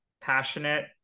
passionate